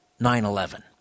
9-11